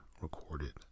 recorded